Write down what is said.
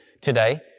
today